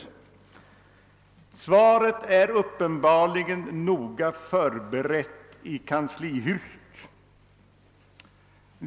Svaret är uppenbarligen noga förberett i kanslihuset.